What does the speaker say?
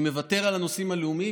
אני מוותר על הנושאים הלאומיים.